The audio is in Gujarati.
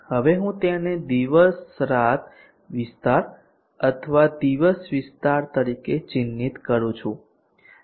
હવે હું તેને દિવસ રાત વિસ્તાર અથવા દિવસ વિસ્તાર તરીકે ચિહ્નિત કરું છું